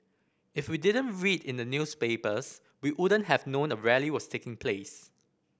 if we didn't read in the newspapers we wouldn't have known a rally was taking place